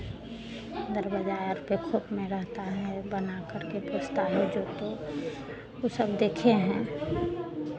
दरबज्जा आर पे खोप में रहता है बनाकर के पोसता है जो तो वो सब देखे हैं